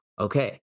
okay